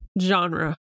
genre